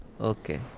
Okay